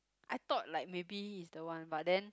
I thought like maybe he's the one but then